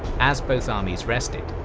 as both armies rested,